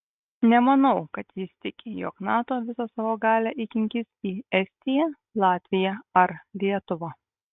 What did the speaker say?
nemanau kad jis tiki jog nato visą savo galią įkinkys į estiją latviją ar lietuvą